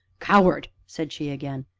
coward! said she again.